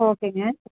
ஓகேங்க